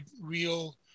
real